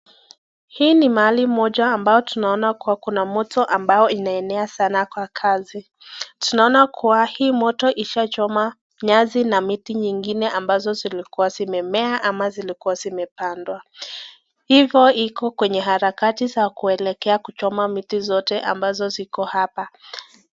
Hii ni mahali moja ambao tunaona kuwa kuna moto ambao inaenea sana kwa kazi. Tunaona kuwa hii moto ishachoma nyasi na miti nyingine ambazo zilikuwa zimemea ama zilikuwa zimepandwa. Hivo iko kwenye harakati ya kuelekea kuchoma miti zote ambazo ziko hapa.